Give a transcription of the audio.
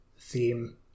theme